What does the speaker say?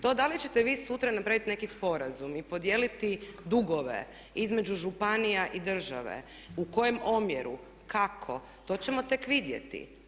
To da li ćete vi sutra napraviti neki sporazum i podijeliti dugove između županije i države u kojem omjeru, kako, to ćemo tek vidjeti.